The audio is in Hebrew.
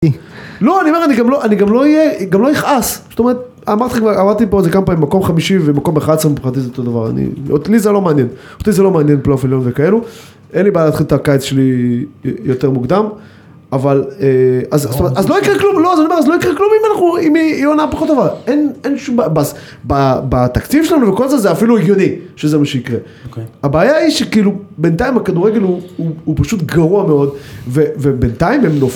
לא, אני אומר, אני גם לא אכעס, זאת אומרת, אמרתי פה את זה כמה פעמים, מקום חמישי ומקום אחת עשרה מבחינתי זה אותו דבר, אותי זה לא מעניין, אותי זה לא מעניין, פלייאוף עליון וכאלו, אין לי בעיה להתחיל את הקיץ שלי יותר מוקדם, אבל, אז לא יקרה כלום, לא, אז אני אומר, אז לא יקרה כלום אם יהיה עונה פחות טובה, אין שום בעיה, בתקציב שלנו וכל זה, זה אפילו הגיוני שזה מה שיקרה, הבעיה היא שבינתיים הכדורגל הוא פשוט גרוע מאוד, ובינתיים הם נופ...